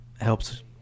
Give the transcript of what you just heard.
helps